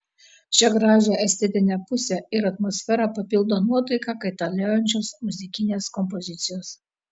šią gražią estetinę pusę ir atmosferą papildo nuotaiką kaitaliojančios muzikinės kompozicijos